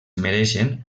mereixen